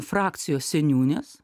frakcijos seniūnės